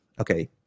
Okay